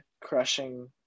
crushing